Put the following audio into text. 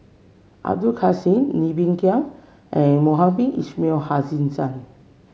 Abdul Kadir Syed Ng Bee Kia and Mohamed Ismail Hussain